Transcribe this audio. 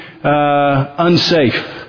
unsafe